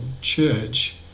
church